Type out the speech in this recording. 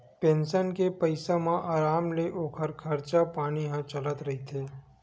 pension के पइसा म अराम ले ओखर खरचा पानी ह चलत रहिथे